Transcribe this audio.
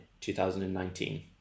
2019